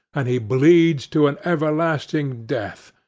and he bleeds to an everlasting death.